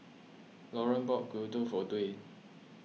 Loran bought Gyudon for Dwayne